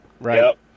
Right